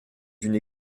d’une